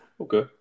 Okay